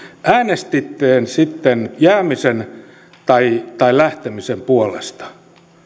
äänestettiin sitten jäämisen tai tai lähtemisen puolesta